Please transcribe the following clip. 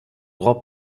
grand